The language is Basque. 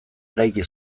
eraiki